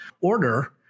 order